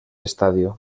estadio